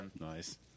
Nice